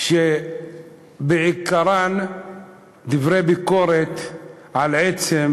שעיקרם ביקורת על עצם